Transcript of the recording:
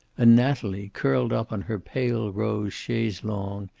and natalie, curled up on her pale rose chaise longue,